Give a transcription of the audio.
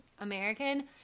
American